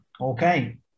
Okay